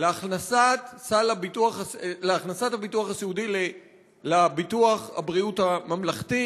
להכנסת הביטוח הסיעודי לביטוח הבריאות הממלכתי